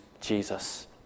Jesus